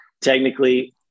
Technically